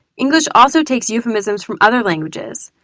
english also takes euphemisms from other languages.